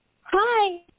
Hi